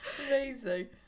Amazing